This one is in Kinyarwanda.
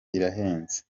irahenze